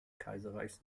kaiserreichs